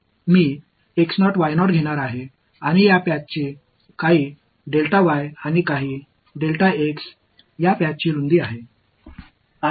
மீண்டும் centre point நான் எடுக்கப் போகிறேன் இந்த இணைப்பில் சில உள்ளன இந்த இணைப்பின் அகலமாகும்